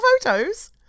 photos